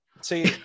see